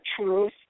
truth